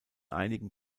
einigen